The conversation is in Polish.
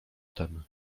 tem